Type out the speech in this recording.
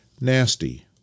nasty